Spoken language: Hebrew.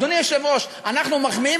אדוני היושב-ראש, האוצר,